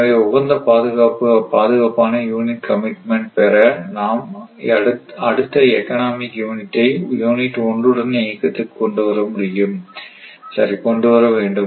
எனவே உகந்த பாதுகாப்பான யூனிட் கமிட்மெண்ட் பெற நாம் அடுத்த எக்கனாமிக் யூனிட்டை யூனிட் ஒன்றுடன் இயக்கத்திற்கு கொண்டு வர வேண்டும்